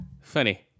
Funny